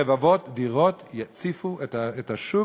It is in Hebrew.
רבבות דירות יציפו את השוק,